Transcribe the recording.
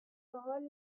parole